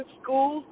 school